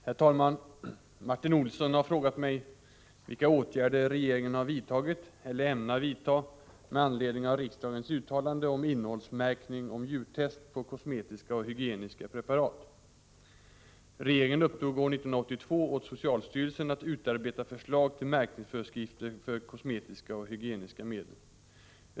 Herr talman! Martin Olsson har frågat mig vilka åtgärder regeringen har vidtagit eller ämnar vidta med anledning av riksdagens uttalande om innehållsmärkning om djurtest på kosmetiska och hygieniska preparat. Regeringen uppdrog år 1982 åt socialstyrelsen att utarbeta förslag till märkningsföreskrifter för kosmetiska och hygieniska medel.